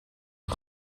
een